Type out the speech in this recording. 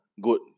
good